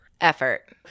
Effort